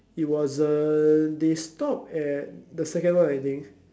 it wasn't they stop at the second one I think